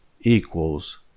equals